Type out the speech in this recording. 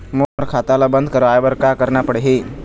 मोर खाता ला बंद करवाए बर का करना पड़ही?